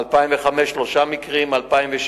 מבירור